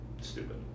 stupid